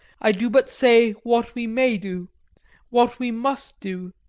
i do but say what we may do what we must do.